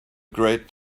great